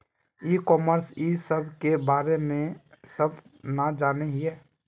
ई commerce इस सब के बारे हम सब ना जाने हीये?